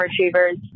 retrievers